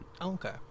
okay